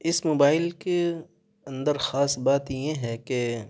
اس mobile کے اندر خاص بات یہ ہے کہ